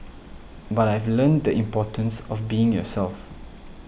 but I've learnt the importance of being yourself